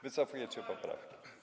Wycofujecie poprawki?